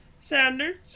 Sanders